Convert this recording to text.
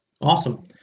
Awesome